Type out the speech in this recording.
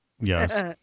yes